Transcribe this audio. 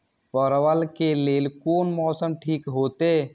परवल के लेल कोन मौसम ठीक होते?